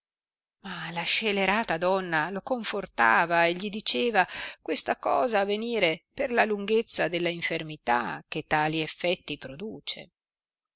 ma la scelerata donna lo confortava e gli diceva questa cosa avenire per la lunghezza della infermità che tali effetti produce